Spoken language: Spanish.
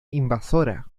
invasora